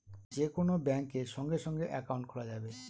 যে কোন ব্যাঙ্কে সঙ্গে সঙ্গে একাউন্ট খোলা যাবে